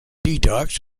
detox